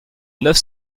neuf